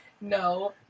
No